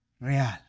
real